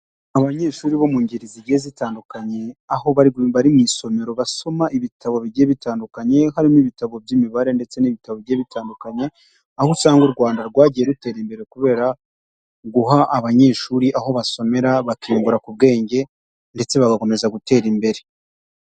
Abanyeshuri bo mu ngeri zigiye zitandukanye, aho bari mu isomero basoma ibitabo bigiye bitandukanye, harimo ibitabo by'imibare ndetse n'ibitabo bigiye bitandukanye, aho usanga u Rwanda rwagiye rutera imbere kubera guha abanyeshuri aho basomera, bakiyungura ku bwenge, ndetse bagakomeza gutera imbere.